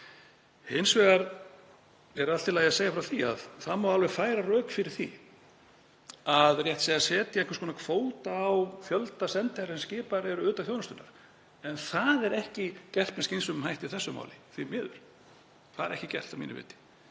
Hins vegar er allt í lagi að segja frá því að það má alveg færa rök fyrir því að rétt sé að setja einhvers konar kvóta á fjölda sendiherra sem skipaður er utan þjónustunnar. En það er ekki gert með skynsamlegum hætti í þessu máli, því miður. Það er ekki gert að mínu viti.